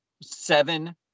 seven